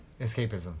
Escapism